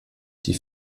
die